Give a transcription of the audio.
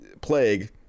plague